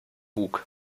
bug